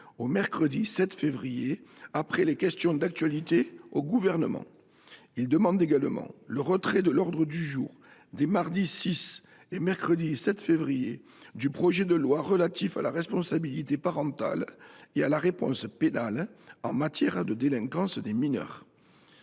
le mercredi 7 février, après les questions d’actualité au Gouvernement. Il demande également le retrait de l’ordre du jour des mardi 6 et mercredi 7 février du projet de loi relatif à la responsabilité parentale et à la réponse pénale en matière de délinquance des mineurs.